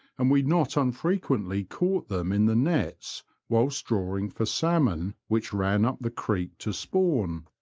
and we not unfrequently caught them in the nets whilst drawing for salmon which ran up the creek to spawn.